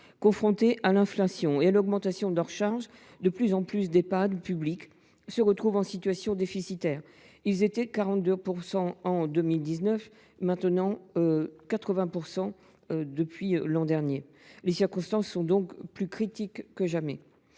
Confrontés à l’inflation et à l’augmentation de leurs charges, de plus en plus d’Ehpad publics se retrouvent en situation déficitaire : ils étaient 42 % en 2019, 80 % en 2022. Les circonstances sont donc plus critiques que jamais.